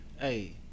Hey